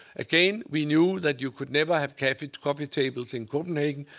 again, we knew that you could never have coffee coffee tables in copenhagen.